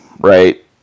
right